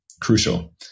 crucial